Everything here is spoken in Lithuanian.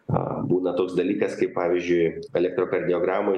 a būna toks dalykas kaip pavyzdžiui elektrokardiogramoj